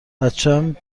بچم